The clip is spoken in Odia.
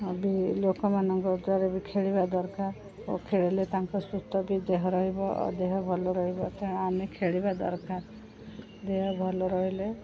ବି ଲୋକମାନଙ୍କ ଦ୍ୱାର ବି ଖେଳିବା ଦରକାର ଓ ଖେଳିଲେ ତାଙ୍କ ସୁସ୍ଥ ବି ଦେହ ରହିବ ଓ ଦେହ ଭଲ ରହିବ ତ ଆମେ ଖେଳିବା ଦରକାର ଦେହ ଭଲ ରହିଲେ